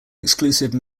exclusive